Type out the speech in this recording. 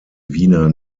wiener